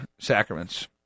sacraments